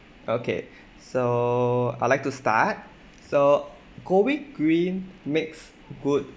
okay so I'd like to start so going green makes good